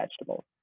vegetables